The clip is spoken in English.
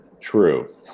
True